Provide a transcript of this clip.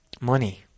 Money